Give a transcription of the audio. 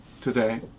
today